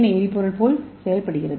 ஏ எரிபொருளைப் போல செயல்படுகிறது